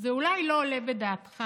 זה אולי לא עולה בדעתך,